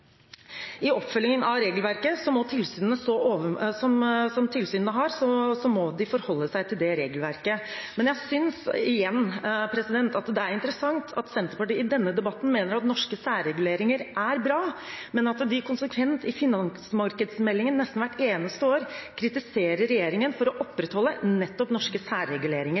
I oppfølgingen av regelverket, som tilsynene har, må de forholde seg til det regelverket. Jeg synes igjen det er interessant at Senterpartiet i denne debatten mener at norske særreguleringer er bra, men at de konsekvent i forbindelse med finansmarkedsmeldingen, nesten hvert eneste år, kritiserer regjeringen for å opprettholde nettopp norske særreguleringer,